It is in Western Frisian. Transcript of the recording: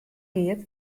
giet